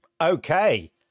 Okay